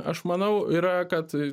aš manau yra kad